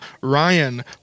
Ryan